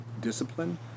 discipline